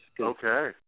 Okay